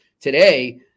today